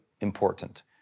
important